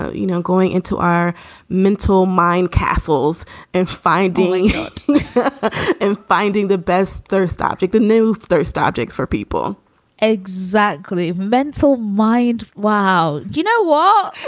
ah you know, going into our mental mind castles and finding and finding the best first object. the new first objects for people exactly. mental mind. wow. you know what?